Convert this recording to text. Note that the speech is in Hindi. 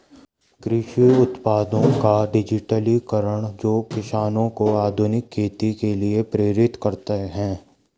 कृषि उत्पादों का डिजिटलीकरण जो किसानों को आधुनिक खेती के लिए प्रेरित करते है